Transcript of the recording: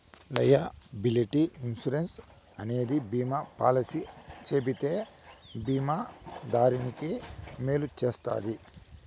liability insurance అనేది బీమా policy చెబితే బీమా దారానికి మేలు చేస్తది